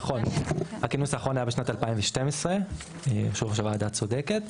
נכון הכינוס האחרון היה בשנת 2012 יושב ראש הוועדה את צודקת,